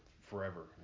forever